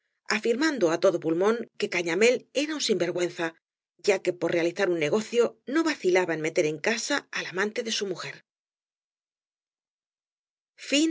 afirmando á todo pulmón que gañamél era un eirvergttenzai ya que por realizar un negocio no vacilaba en meter en casa al amante de su mujer